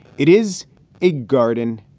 it is a garden,